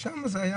שם זה היה